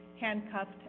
handcuffed